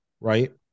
right